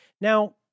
Now